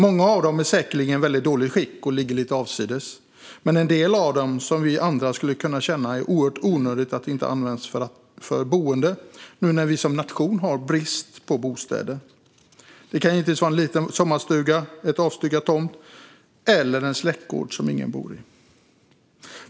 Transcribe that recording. Många av dessa hus är säkerligen i väldigt dåligt skick och ligger lite avsides, men när det gäller en del av dem skulle vi andra kunna känna att det är oerhört onödigt att de inte används för boende nu när vi som nation har brist på bostäder. Det kan givetvis vara en liten sommarstuga, en avstyckad tomt eller en släktgård som ingen bor i.